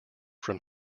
from